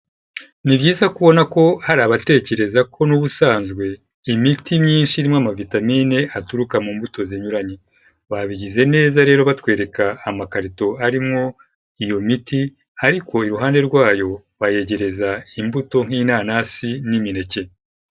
Ni byiza kubona ko hari abatekereza ko n'ubusanzwe imiti myinshi irimo ama vitamine aturuka mu mbuto zinyuranye, babigize neza rero batwereka amakarito arimwo iyo miti ariko iruhande rwa yo bayegereza imbuto nk'inanasi n'imineke.